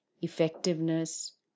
effectiveness